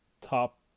top